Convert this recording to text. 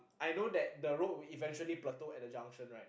I know that the road will eventually plateau at junction right